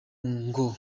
ngo